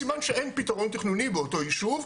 סימן שאין פתרון תכנוני באותו יישוב,